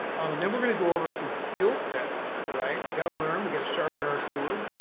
and then we're gonna go over some skillsets. right we've got to learn. we got to sharpen our sword.